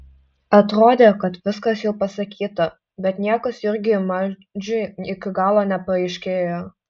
atrodė kad viskas jau pasakyta bet niekas jurgiui maldžiui iki galo nepaaiškėjo